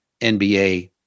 NBA